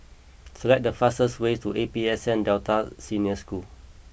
select the fastest way to A P S N Delta Senior School